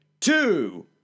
two